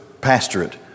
pastorate